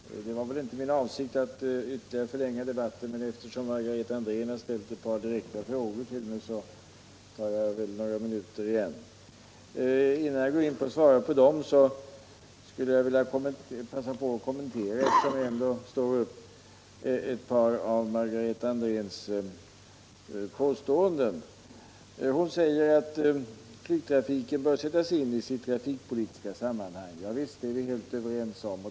Herr talman! Det var inte min avsikt att ytterligare förlänga debatten, men eftersom Margareta Andrén har ställt ett par direkta frågor till mig måste jag ta några minuter i anspråk. Innan jag svarar på dessa frågor vill jag passa på att kommentera några av Margareta Andréns påståenden. Hon säger att flygtrafiken bör sättas in i sitt trafikpolitiska sammanhang. Ja visst, det är vi överens om.